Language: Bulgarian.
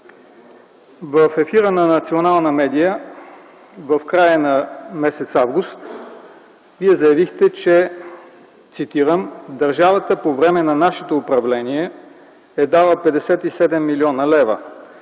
В ефира на национална медия в края на месец август т.г. Вие заявихте, цитирам: „Държавата по време на нашето управление е дала 57 млн. лв.